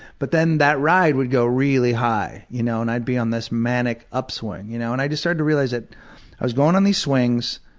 but then that ride would go really high, you know. and i'd be on this manic upswing, you know. and i just started to realize that i was going on these swings,